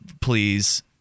please